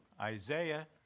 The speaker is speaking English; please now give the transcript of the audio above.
Isaiah